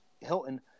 Hilton